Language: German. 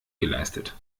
geleistet